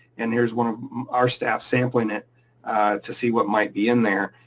and here's one of our staff sampling it to see what might be in there.